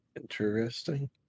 Interesting